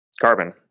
carbon